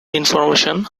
information